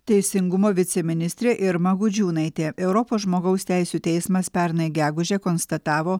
teisingumo viceministrė irma gudžiūnaitė europos žmogaus teisių teismas pernai gegužę konstatavo